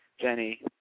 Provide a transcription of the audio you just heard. Jenny